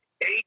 eight